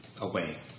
away